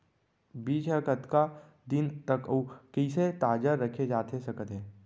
बीज ह कतका दिन तक अऊ कइसे ताजा रखे जाथे सकत हे?